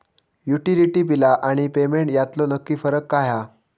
Utility बिला आणि payment यातलो नक्की फरक काय हा?